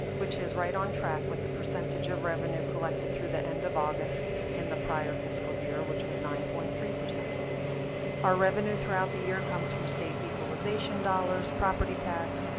which is right on track with the percentage of revenue collected through the end of august in the prior fiscal year, which was nine point three. our revenue throughout the year comes from state equalization dollars, property tax,